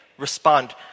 respond